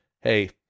hey